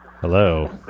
Hello